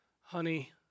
honey